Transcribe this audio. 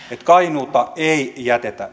kainuuta ei jätetä